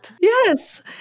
Yes